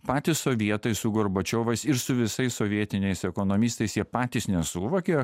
patys sovietai su gorbačiovas ir su visais sovietiniais ekonomistais jie patys nesuvokė